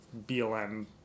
BLM